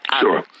Sure